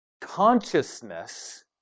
Consciousness